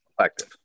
effective